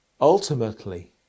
Ultimately